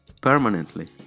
permanently